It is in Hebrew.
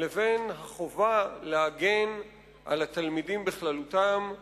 ובין החובה להגן על התלמידים בכללותם,